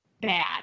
bad